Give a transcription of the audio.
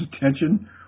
attention